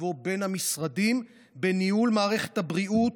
קוו בין המשרדים בניהול מערכת הבריאות,